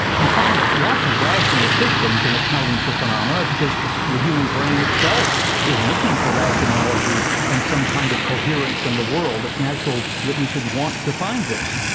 you find lots of rational systems in accounting for phenomena, because the human brain itself is looking for rationality and some kind of coherence in the world. it's natural that we shouldn't want to find this.